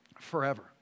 forever